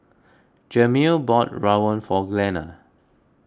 Jameel bought Rawon for Glenna